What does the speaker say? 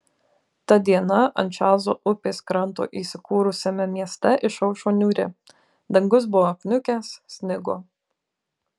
ta diena ant čarlzo upės kranto įsikūrusiame mieste išaušo niūri dangus buvo apniukęs snigo